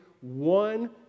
one